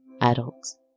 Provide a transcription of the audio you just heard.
Adults